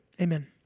amen